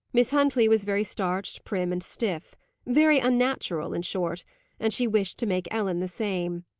miss huntley was very starched, prim, and stiff very unnatural, in short and she wished to make ellen the same.